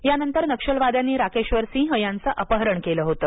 यानंतर नक्षलवाद्यांनी राकेश्वर सिंह यांचं अपहरण केलं होतं